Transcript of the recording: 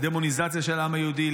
לדמוניזציה של העם היהודי,